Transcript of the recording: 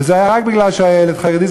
וזה היה רק בגלל שהילד היה חרדי,